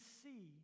see